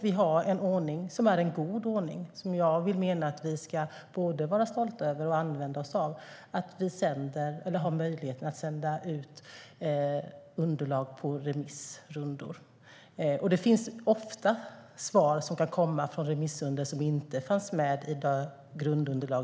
Vi har en ordning som är en god ordning, som jag menar att vi både ska vara stolta över och använda, att vi har möjlighet att sända ut underlag på remissrundor. Det finns ofta svar som kan komma i remissrundor som inte fanns med i grundunderlaget.